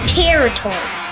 territory